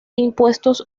impuestos